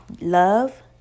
love